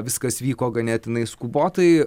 viskas vyko ganėtinai skubotai